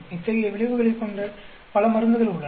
இத்தகைய விளைவுகளைக் கொண்ட பல மருந்துகள் உள்ளன